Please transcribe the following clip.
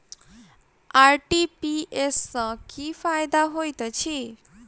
RTGS सँ की फायदा होइत अछि?